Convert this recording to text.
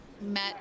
met